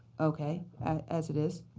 okay. as it is.